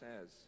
says